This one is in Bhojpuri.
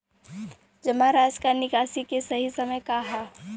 जमा राशि क निकासी के सही समय का ह?